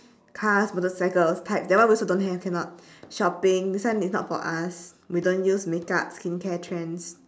cars motorcycles types that one we also don't have cannot shopping this one is not for us we don't use makeup skincare trends